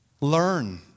Learn